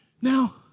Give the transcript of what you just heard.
Now